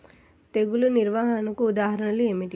తెగులు నిర్వహణకు ఉదాహరణలు ఏమిటి?